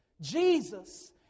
Jesus